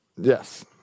Yes